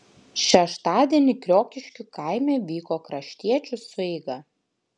šeštadienį kriokiškių kaime vyko kraštiečių sueiga